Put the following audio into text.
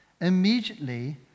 Immediately